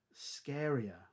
scarier